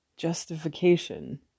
justification